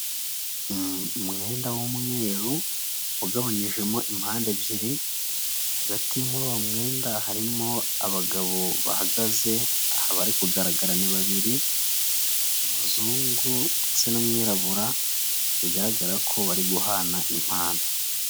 Umwenda w'umweru ugabanyijemo impande ebyiri hagati muri uwo mwenda harimo abagabo bahagaze aha abari kugaragara ni babiri umuzungu ndetse n'umwirabura bigaragara ko bari guhana impano.